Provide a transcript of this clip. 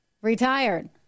retired